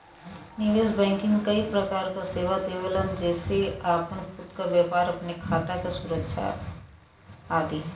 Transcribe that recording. निवेश बैंकिंग कई प्रकार क सेवा देवलन जेसे आपन खुद क व्यापार, अपने खाता क सुरक्षा आदि